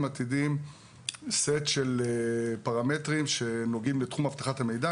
עתידיים סט של פרמטרים שנוגעים לתחום אבטחת המידע.